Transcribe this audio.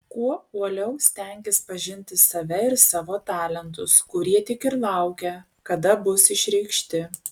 kuo uoliau stenkis pažinti save ir savo talentus kurie tik ir laukia kada bus išreikšti